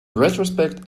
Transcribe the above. retrospect